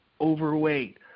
overweight